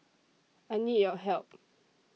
I need your help